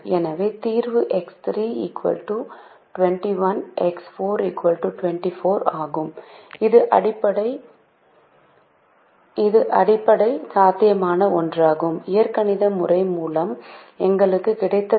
எனவே தீர்வு X3 21 X4 24 ஆகும் இது அடிப்படை சாத்தியமான ஒன்றாகும் இயற்கணித முறை மூலம் எங்களுக்கு கிடைத்த தீர்வு